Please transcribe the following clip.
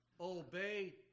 Obey